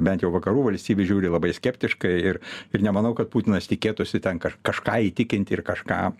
bent jau vakarų valstybių žiūri labai skeptiškai ir ir nemanau kad putinas tikėtųsi ten ka kažką įtikinti ir kažką